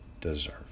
deserve